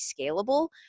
scalable